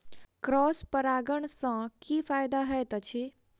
Cross परागण सँ की फायदा हएत अछि?